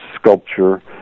sculpture